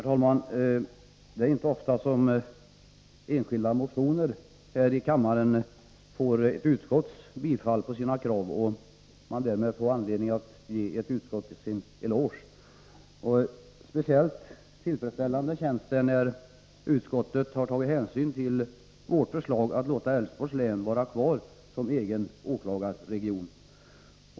Herr talman! Det är inte ofta som enskilda. motionskrav tillstyrks i utskottet, så att man får anledning att ge utskottet en eloge. Speciellt tillfredsställande känns det när utskottet har tagit hänsyn till vårt förslag att låta Älvsborgs län vara kvar som egen åklagarregion.